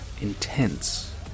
intense